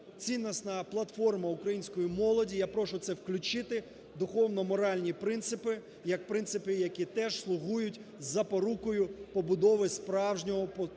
ціннісна платформа української молоді, я прошу це включити, духовно-моральні принципи, як принципи, які теж слугують за порукою побудови справжнього потужного